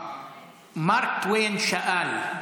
מארק טוויין שאל,